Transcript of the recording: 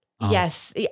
Yes